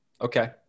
Okay